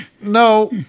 No